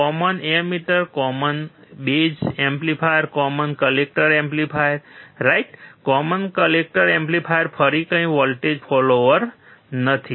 common emitter amplifier common base amplifier common collector amplifier right common collector amplifier ફરી કંઇ voltage follower નથી